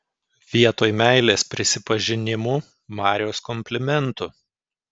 vietoj meilės prisipažinimų marios komplimentų